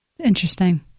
Interesting